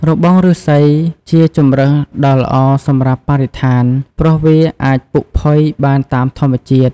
របងឬស្សីជាជម្រើសដ៏ល្អសម្រាប់បរិស្ថាន ព្រោះវាអាចពុកផុយបានតាមធម្មជាតិ។